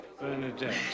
Bernadette